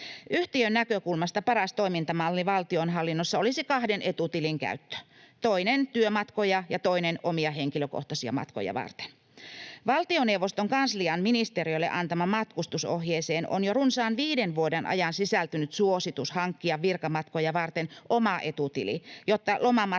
Yhtiön näkökulmasta paras toimintamalli valtionhallinnossa olisi kahden etutilin käyttö: toinen työmatkoja ja toinen omia, henkilökohtaisia matkoja varten. Valtioneuvoston kanslian ministeriölle antamaan matkustusohjeeseen on jo runsaan viiden vuoden ajan sisältynyt suositus hankkia virkamatkoja varten oma etutili, jotta lomamatkoista